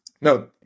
No